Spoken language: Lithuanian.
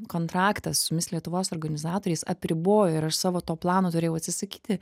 kontraktas su mis lietuvos organizatoriais apribojo ir aš savo to plano turėjau atsisakyti